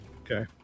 Okay